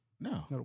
No